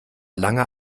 lange